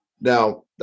Now